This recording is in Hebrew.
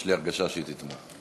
יש לי הרגשה שהיא תתמוך.